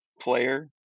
player